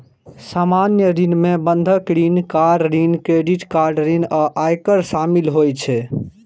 सामान्य ऋण मे बंधक ऋण, कार ऋण, क्रेडिट कार्ड ऋण आ आयकर शामिल होइ छै